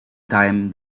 time